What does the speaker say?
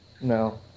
No